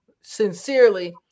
sincerely